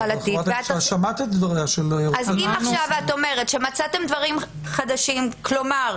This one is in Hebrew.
אם עכשיו את אומרת שמצאתם דברים חדשים, כלומר,